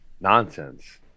Nonsense